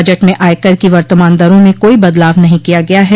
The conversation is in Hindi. बजट में आयकर की वर्तमान दरों में कोई बदलाव नहीं किया गया है